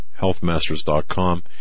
healthmasters.com